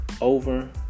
over